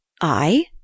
I